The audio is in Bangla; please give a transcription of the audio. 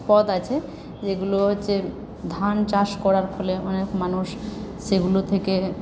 পথ আছে যেগুলো হচ্ছে ধান চাষ করার ফলে অনেক মানুষ সেগুলো থেকে